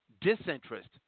disinterest